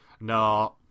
No